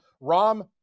Rom